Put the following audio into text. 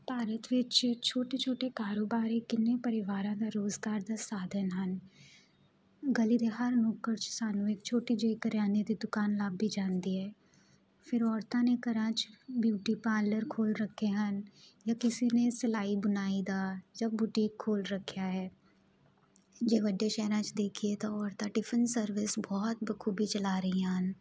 ਭਾਰਤ ਵਿੱਚ ਛੋਟੇ ਛੋਟੇ ਕਾਰੋਬਾਰ ਇਹ ਕਿੰਨੇ ਪਰਿਵਾਰਾਂ ਦਾ ਰੋਜ਼ਗਾਰ ਦਾ ਸਾਧਨ ਹਨ ਗਲੀ ਦੇ ਹਰ ਨੁੱਕਰ 'ਚ ਸਾਨੂੰ ਇੱਕ ਛੋਟੀ ਜਿਹੀ ਕਰਿਆਨੇ ਦੀ ਦੁਕਾਨ ਲੱਭ ਹੀ ਜਾਂਦੀ ਹੈ ਫਿਰ ਔਰਤਾਂ ਨੇ ਘਰਾਂ 'ਚ ਬਿਊਟੀ ਪਾਰਲਰ ਖੋਲ ਰੱਖੇ ਹਨ ਜਾਂ ਕਿਸੇ ਨੇ ਸਿਲਾਈ ਬੁਣਾਈ ਦਾ ਜਾਂ ਬੁਟੀਕ ਖੋਲ ਰੱਖਿਆ ਹੈ ਜੇ ਵੱਡੇ ਸ਼ਹਿਰਾਂ 'ਚ ਦੇਖੀਏ ਤਾਂ ਔਰਤਾਂ ਟਿਫਨ ਸਰਵਿਸ ਬਹੁਤ ਬਾਖੂਬੀ ਚਲਾ ਰਹੀਆਂ ਹਨ